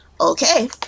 okay